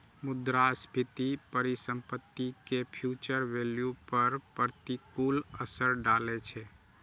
मुद्रास्फीति परिसंपत्ति के फ्यूचर वैल्यू पर प्रतिकूल असर डालै छै